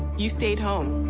he stayed home.